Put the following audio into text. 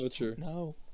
no